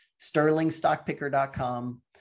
Sterlingstockpicker.com